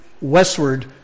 westward